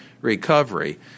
recovery